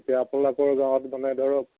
এতিয়া আপোনালোকৰ গাঁৱত মানে ধৰক